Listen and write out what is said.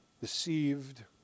deceived